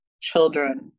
children